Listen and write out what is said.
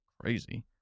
crazy